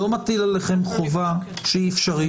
לא מטיל עליכם חובה אפשרית.